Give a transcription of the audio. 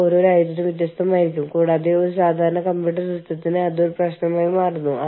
ആ അന്താരാഷ്ട്ര യൂണിയൻ അംഗത്വം ഏതൊരു അന്താരാഷ്ട്ര ഹ്യൂമൻ റിസോഴ്സ് മാനേജർക്കും ഒരു വലിയ ആശങ്കയാണ്